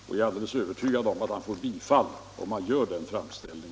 Och om den jordbrukaren gör framställning härom, så är jag övertygad om att han får den bifallen.